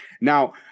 now